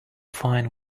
fine